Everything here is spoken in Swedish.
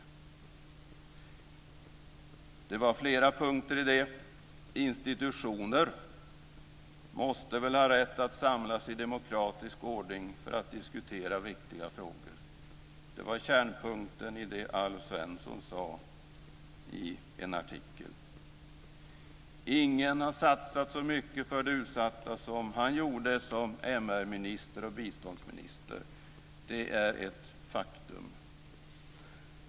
Det var flera punkter i det. Men institutioner måste väl ha rätt att samlas i demokratisk ordning för att diskutera viktiga frågor. Det är kärnpunkten i det som Alf Svensson sagt i en artikel. Ingen har satsat så mycket på de utsatta som han som MR och biståndsminister gjorde; detta är ett faktum.